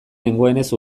nengoenez